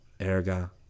erga